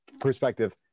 perspective